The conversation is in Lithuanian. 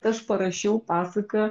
aš parašiau pasaką